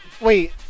Wait